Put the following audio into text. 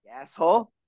asshole